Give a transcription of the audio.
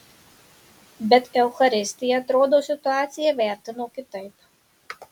bet eucharistija atrodo situaciją vertino kitaip